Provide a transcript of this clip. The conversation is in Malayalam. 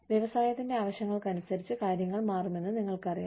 വ്യവസായത്തിന്റെ ആവശ്യങ്ങൾക്കനുസരിച്ച് കാര്യങ്ങൾ മാറുമെന്ന് നിങ്ങൾക്കറിയാം